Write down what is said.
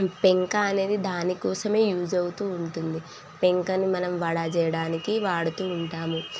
పెంక అనేది దానికోసమే యూజ్ అవుతూ ఉంటుంది పెంకని మనం వడ చేయడానికి వాడుతూ ఉంటాము